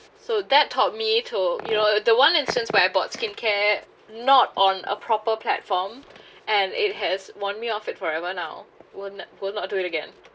so that taught me to you know the one instance where I bought skincare not on a proper platform and it has warned me of it forever now would not would not do it again